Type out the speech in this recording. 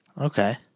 Okay